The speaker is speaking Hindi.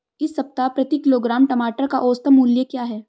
इस सप्ताह प्रति किलोग्राम टमाटर का औसत मूल्य क्या है?